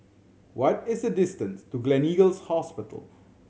what is the distance to Gleneagles Hospital